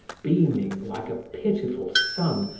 beaming, like a pitiful sun,